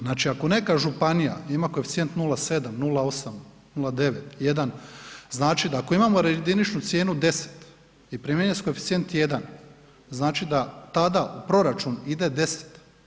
Znači, ako neka županija ima koeficijent 0,7, 0,8, 0,9, 1, znači da ako imamo jediničnu cijenu 10 i primjenjuje se koeficijent 1, znači da tada u proračun ide 10.